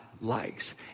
likes